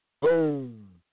Boom